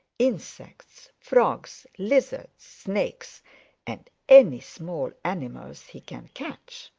insects, frogs, lizards, snakes and any small animals he can catch.